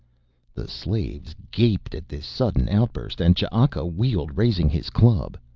the slaves gaped at this sudden outburst and ch'aka wheeled raising his club.